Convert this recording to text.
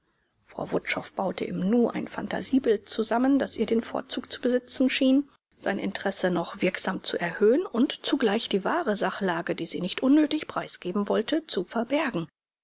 frau wutschow baute im nu ein phantasiebild zusammen das ihr den vorzug zu besitzen schien sein interesse noch wirksam zu erhöhen und zugleich die wahre sachlage die sie nicht unnötig preisgeben wollte zu verbergen